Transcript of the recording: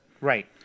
right